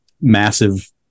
massive